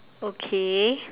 okay